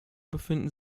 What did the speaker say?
befinden